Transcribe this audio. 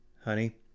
Honey